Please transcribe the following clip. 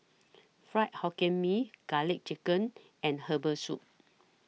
Fried Hokkien Mee Garlic Chicken and Herbal Soup